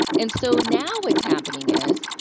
and so now what's happening is,